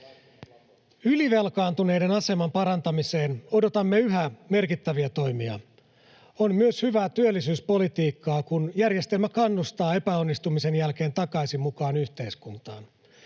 Ylivelkaantuneiden aseman parantamiseen odotamme yhä merkittäviä toimia. On myös hyvää työllisyyspolitiikkaa, kun järjestelmä kannustaa epäonnistumisen jälkeen takaisin mukaan yhteiskuntaan.